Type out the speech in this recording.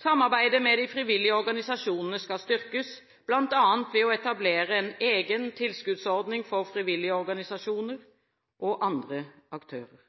Samarbeidet med de frivillige organisasjonene skal styrkes, bl.a. ved å etablere en egen tilskuddsordning for frivillige organisasjoner og andre aktører.